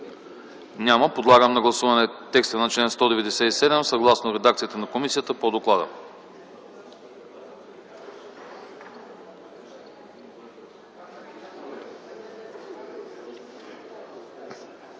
Няма. Подлагам на гласуване текста на чл. 197, съгласно редакцията на комисията по доклада.